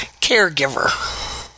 caregiver